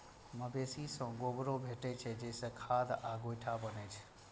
मवेशी सं गोबरो भेटै छै, जइसे खाद आ गोइठा बनै छै